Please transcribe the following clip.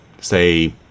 say